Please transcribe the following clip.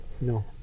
No